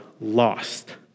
lost